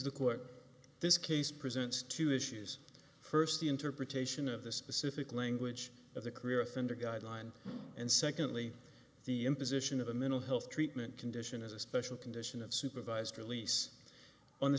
the court this case presents two issues first the interpretation of the specific language of the career offender guideline and secondly the imposition of a mental health treatment condition as a special condition of supervised release on the